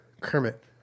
Kermit